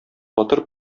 батыр